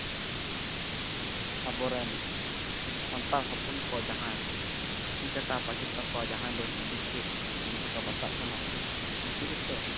ᱟᱵᱚᱨᱮᱱ ᱥᱟᱱᱛᱟᱲ ᱦᱚᱯᱚᱱ ᱠᱚ ᱡᱟᱦᱟᱸᱭ ᱛᱤ ᱠᱟᱴᱟ ᱵᱟᱪᱩᱜ ᱛᱟᱠᱚᱣᱟ ᱡᱟᱦᱟᱸᱭ ᱫᱚ ᱦᱮᱱᱰᱤᱠᱮᱯ ᱢᱮᱱᱛᱮᱠᱚ ᱵᱟᱛᱟᱜ ᱠᱟᱱᱟ ᱩᱱᱠᱩ ᱡᱟᱛᱮ